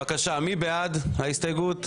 בבקשה, מי בעד ההסתייגות?